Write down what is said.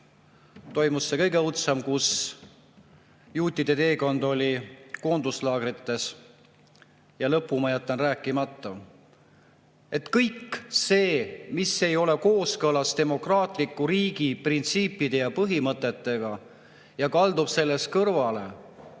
toimus see kõige õudsem, kus juutide tee viis koonduslaagritesse, ja lõpu ma jätan rääkimata. Kõik see, mis ei ole kooskõlas demokraatliku riigi printsiipide ja põhimõtetega ja kaldub sellest kõrvale,